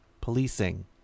policing